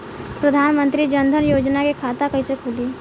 प्रधान मंत्री जनधन योजना के खाता कैसे खुली?